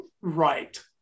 right